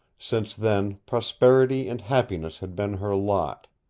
since then prosperity and happiness had been her lot.